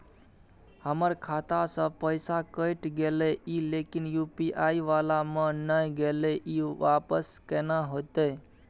हमर खाता स पैसा कैट गेले इ लेकिन यु.पी.आई वाला म नय गेले इ वापस केना होतै?